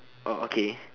oh okay